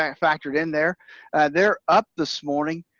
um factored in. they're they're up this morning,